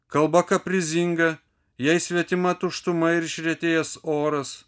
kalba kaprizinga jai svetima tuštuma ir išretėjęs oras